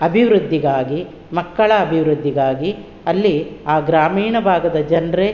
ಅಭಿವೃದ್ಧಿಗಾಗಿ ಮಕ್ಕಳ ಅಭಿವೃದ್ಧಿಗಾಗಿ ಅಲ್ಲಿ ಆ ಗ್ರಾಮೀಣ ಭಾಗದ ಜನರೇ